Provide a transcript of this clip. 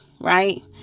right